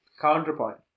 counterpoint